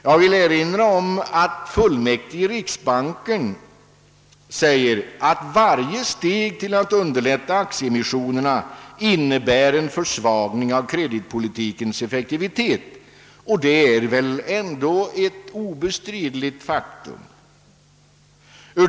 Jag vill erinra om att riksbanksfullmäktige framhåller, att varje steg till att underlätta aktieemissionerna innebär en försvagning av kreditpolitikens effektivitet, vilket väl ändå är ett obestridligt faktum.